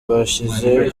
rwashyize